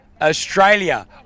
Australia